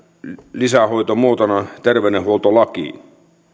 lisähoitomuotona terveydenhuoltolakiin